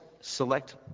select